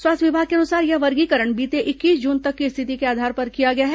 स्वास्थ्य विभाग के अनुसार यह वर्गीकरण बीते इक्कीस जून तक की स्थिति के आधार पर किया गया है